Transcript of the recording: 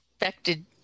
affected